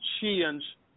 change